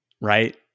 Right